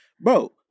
Bro